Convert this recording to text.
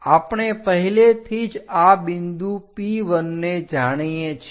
આપણે પહેલેથી જ આ બિંદુ P1 ને જાણીએ છીએ